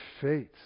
faith